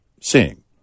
seeing